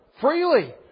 Freely